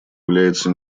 является